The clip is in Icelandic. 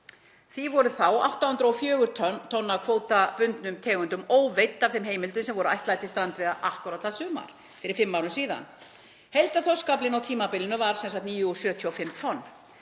Þá voru 804 tonn af kvótabundnum tegundum óveidd af þeim heimildum sem voru ætlaðar til strandveiða akkúrat það sumar, fyrir fimm árum síðan. Heildarþorskaflinn á tímabilinu var sem sagt 9.075 tonn.